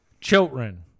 children